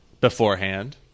beforehand